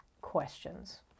questions